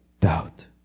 doubt